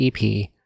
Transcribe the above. EP